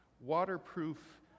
waterproof